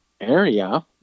area